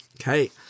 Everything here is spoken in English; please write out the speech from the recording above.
Okay